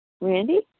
Randy